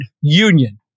union